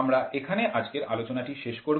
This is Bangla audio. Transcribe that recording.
আমরা এখানে আজকের আলোচনাটি শেষ করব